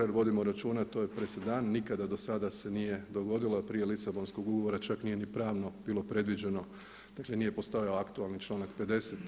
Jer vodimo računa, a to je presedan, nikada dosada se nije dogodilo da prije Lisabonskog ugovora čak nije ni pravno bilo predviđeno, dakle nije postojao aktualni članak 50.